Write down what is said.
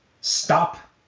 Stop